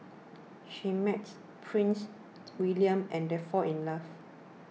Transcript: she meets Prince Siegfried and they fall in love